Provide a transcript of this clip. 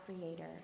creator